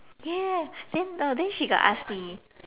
yes then no then she got ask me